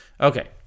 Okay